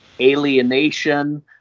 alienation